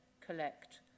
collect